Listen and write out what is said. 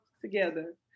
together